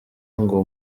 ngo